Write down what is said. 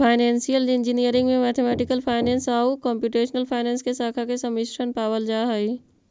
financial engineering में mathematical finance आउ computational finance के शाखा के सम्मिश्रण पावल जा हई